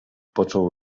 począł